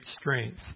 strength